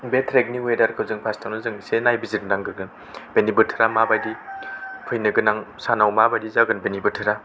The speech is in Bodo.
बे ट्रेकनि वेदारखौ जों फास्टावनो जों इसे नायबिजिर नांग्रोगोन बेनि बोथोरा मा बायदि फैनो गोनां सानाव माबायदि जागोन बेनि बोथोरा